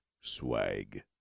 swag